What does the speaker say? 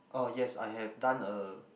oh yes I have done a